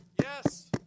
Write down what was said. Yes